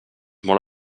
molt